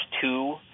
two